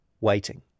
waiting